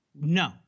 No